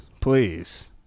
please